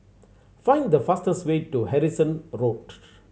find the fastest way to Harrison Road